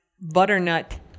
butternut